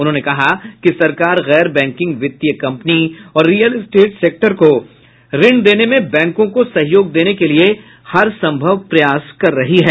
उन्होंने कहा कि सरकार गैर बैंकिंग वित्तीय कम्पनी और रियल स्टेट सेक्टर को ऋण देने में बैंको को सहयोग देने के लिए हर सम्भव प्रयास कर रही है